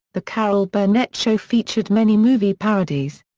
the carol burnett show featured many movie parodies.